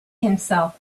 himself